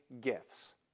gifts